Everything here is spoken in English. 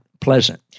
pleasant